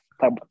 talk